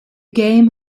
game